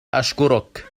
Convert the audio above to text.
أشكرك